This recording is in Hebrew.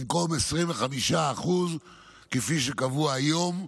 במקום 25% כפי שקבוע היום.